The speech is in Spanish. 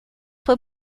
fue